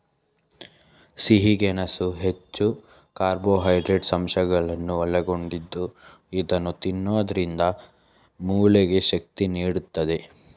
ಸಿಹಿ ಗೆಣಸು ಹೆಚ್ಚು ಕಾರ್ಬೋಹೈಡ್ರೇಟ್ಸ್ ಅಂಶಗಳನ್ನು ಒಳಗೊಂಡಿದ್ದು ಇದನ್ನು ತಿನ್ನೋದ್ರಿಂದ ಮೂಳೆಗೆ ಶಕ್ತಿ ನೀಡುತ್ತದೆ